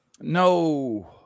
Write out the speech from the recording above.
No